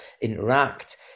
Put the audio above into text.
interact